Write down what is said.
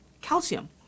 calcium